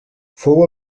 fou